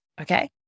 okay